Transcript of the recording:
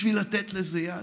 בשביל לתת לזה יד?